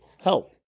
help